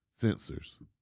sensors